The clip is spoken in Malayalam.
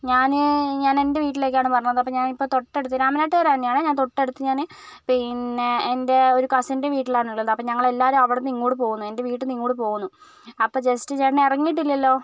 ഞാന് ഞാൻ എൻ്റെ വീട്ടിലേക്കാണ് പറഞ്ഞത് അപ്പം ഞാൻ തൊട്ടടുത്ത് രാമനാട്ടുകര തന്നെയാണ് ഞാൻ തൊട്ടടുത്ത് പിന്നെ എൻ്റെ ഒരു കസിൻ്റെ വീട്ടിലാണ് ഉള്ളത് അപ്പോൾ ഞങ്ങൾ എല്ലാവരും അവിടുന്ന് ഇങ്ങോട്ട് പോന്നു എൻ്റെ വീട്ടിൽ നിന്ന് ഇങ്ങോട്ട് പോന്നു അപ്പോൾ ചേട്ടൻ ജസ്റ്റ് ഇറങ്ങിയിട്ടില്ലല്ലോ